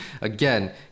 again